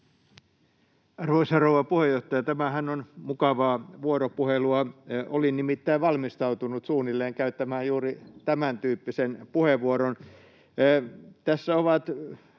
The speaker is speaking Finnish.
Arvoisa rouva puheenjohtaja! Tämähän on mukavaa vuoropuhelua — olin nimittäin valmistautunut käyttämään suunnilleen juuri tämäntyyppisen puheenvuoron.